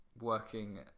working